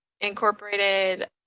incorporated